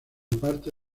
parte